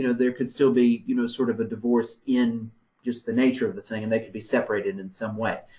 there could still be, you know, sort of a divorce in just the nature of the thing and they could be separated in some way.